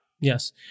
Yes